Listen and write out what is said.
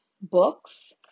books